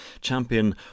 champion